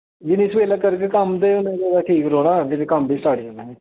एह् आगेओ ते कम्म बी सबेल्ला स्टार्ट करी ओड़ना